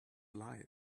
lie